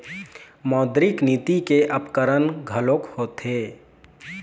मौद्रिक नीति के उपकरन घलोक होथे